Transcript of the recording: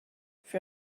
für